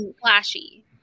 flashy